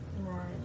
Right